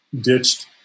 ditched